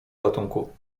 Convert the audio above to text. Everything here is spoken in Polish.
ratunku